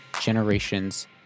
generations